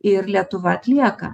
ir lietuva atlieka